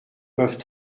peuvent